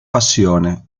passione